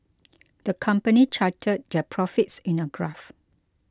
the company charted their profits in a graph